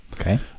Okay